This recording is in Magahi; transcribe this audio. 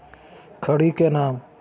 खड़ी के नाम?